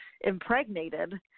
impregnated